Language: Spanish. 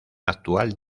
actual